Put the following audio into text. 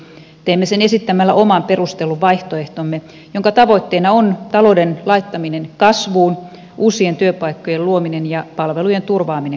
teemme sen esittämällä oman perustellun vaihtoehtomme jonka tavoitteena on talouden laittaminen kasvuun uusien työpaikkojen luominen ja palvelujen turvaaminen koko suomessa